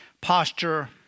posture